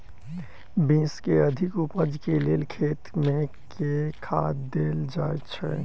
Beans केँ अधिक उपज केँ लेल खेत मे केँ खाद देल जाए छैय?